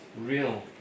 real